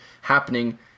happening